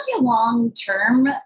long-term